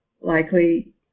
likely